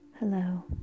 Hello